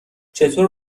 چطور